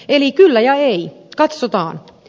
eli kyllä ja ei katsotaan